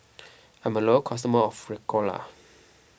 I'm a loyal customer of Ricola